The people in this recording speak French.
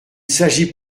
s’agit